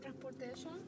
transportation